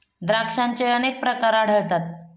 द्राक्षांचे अनेक प्रकार आढळतात